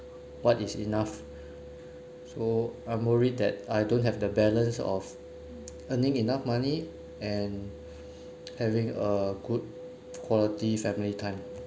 what is enough so I'm worried that I don't have the balance of earning enough money and having a good quality family time